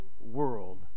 world